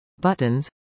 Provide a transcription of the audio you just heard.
buttons